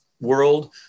world